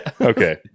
Okay